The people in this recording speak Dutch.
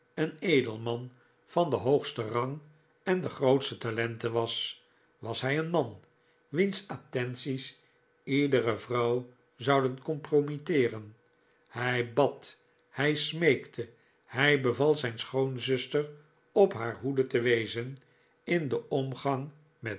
een edelman van den hoogsten rang en de grootste talenten was was hij een man wiens attenties iedere vrouw zouden compromitteeren hij bad hij smeekte hij beval zijn schoonzuster op haar hoede te wezen in den omgang met